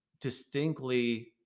distinctly